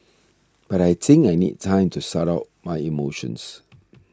but I think I need time to sort out my emotions